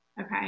Okay